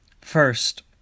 First